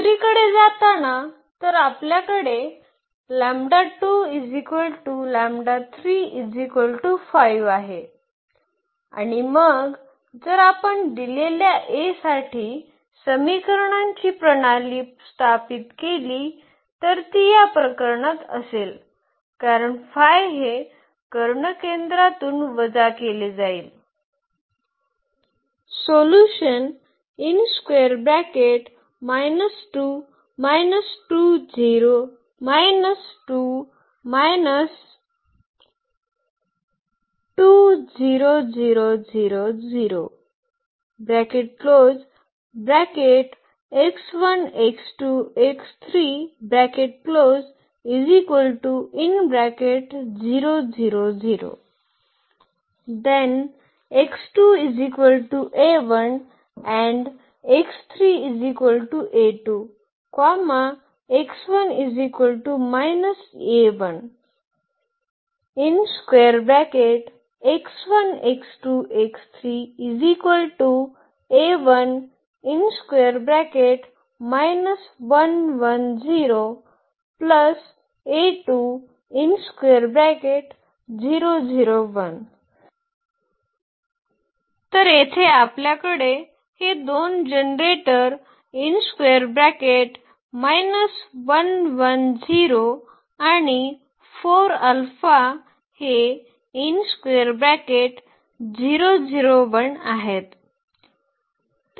दुसरीकडे जाताना तर आपल्याकडे हे आहे आणि मग जर आपण दिलेल्या A साठी समीकरणांची प्रणाली स्थापित केली तर ती या प्रकरणात असेल कारण 5 हे कर्णकेंद्रातून वजा केले जाईल तर येथे आपल्याकडे हे 2 जनरेटर आणि 4 अल्फा हे आहेत